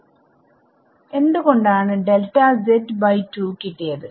വിദ്യാർത്ഥി എന്ത് കൊണ്ടാണ് ഡെൽറ്റ z 2 കിട്ടിയത്